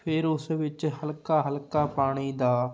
ਫਿਰ ਉਸ ਵਿੱਚ ਹਲਕਾ ਹਲਕਾ ਪਾਣੀ ਦਾ